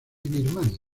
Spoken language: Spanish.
birmania